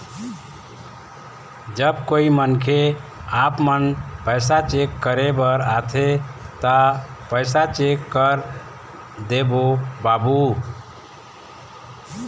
जब कोई मनखे आपमन पैसा चेक करे बर आथे ता पैसा चेक कर देबो बाबू?